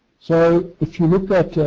so, if you look at.